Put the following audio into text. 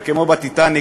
וכמו ב"טיטניק",